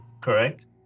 Correct